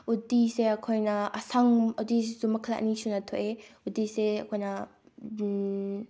ꯎꯇꯤꯁꯦ ꯑꯩꯈꯣꯏꯅ ꯑꯁꯪꯕ ꯎꯇꯤꯁꯨ ꯃꯈꯜ ꯑꯅꯤꯁꯨꯅ ꯊꯣꯛꯏ ꯎꯇꯤꯁꯦ ꯑꯩꯈꯣꯏꯅ